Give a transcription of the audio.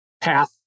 path